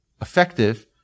effective